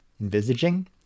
envisaging